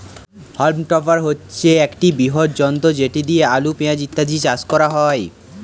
হল্ম topper হচ্ছে একটি বৃহৎ যন্ত্র যেটা দিয়ে আলু, পেঁয়াজ ইত্যাদি চাষ করা হয়